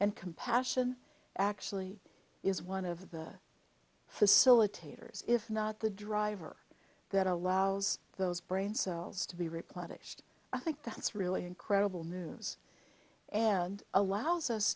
and compassion actually is one of the facilitators if not the driver that allows those brain cells to be replenished i think that's really incredible news and allows us